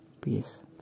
Peace